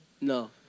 No